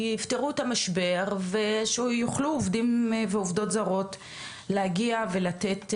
יפתרו את המשבר ושיוכלו עובדים ועובדות זרות להגיע ולתת,